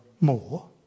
more